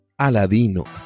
Aladino